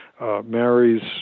Marries